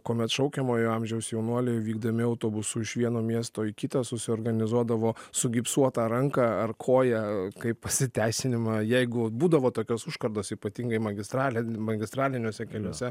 kuomet šaukiamojo amžiaus jaunuoliai vykdami autobusu iš vieno miesto į kitą susiorganizuodavo sugipsuotą ranką ar koją kaip pasiteisinimą jeigu būdavo tokios užkardos ypatingai magistralėn magistraliniuose keliuose